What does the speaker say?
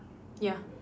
ya